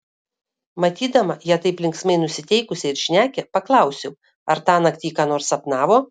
matydama ją taip linksmai nusiteikusią ir šnekią paklausiau ar tąnakt ji ką nors sapnavo